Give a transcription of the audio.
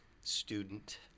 student